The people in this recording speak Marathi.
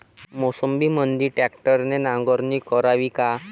मोसंबीमंदी ट्रॅक्टरने नांगरणी करावी का?